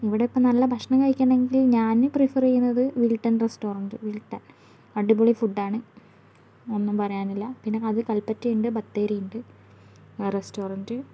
ഇവിടെയിപ്പം നല്ല ഭക്ഷണം കഴിക്കണമെങ്കിൽ ഞാൻ പ്രിഫർ ചെയ്യുന്നത് വിൽട്ടൺ റെസ്റ്റോറൻ്റ് വിൽട്ടൺ അടിപൊളി ഫുഡ്ഡാണ് ഒന്നും പറയാനില്ല പിന്നെ അത് കൽപ്പറ്റയുണ്ട് ബത്തേരിയുണ്ട് ആ റസ്റ്റോറൻ്റ്